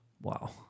wow